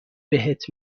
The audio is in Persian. بهت